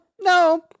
no